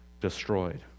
destroyed